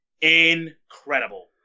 incredible